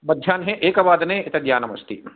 मध्याह्ने एकवादने एतद्यानम् अस्ति